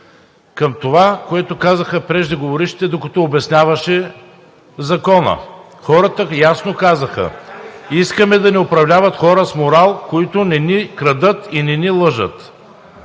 към това, което казаха преждеговорившите, докато обясняваше Закона. „Хората Ви ясно казаха – искаме да ни управляват хора с морал, които не ни крадат и не ни лъжат.“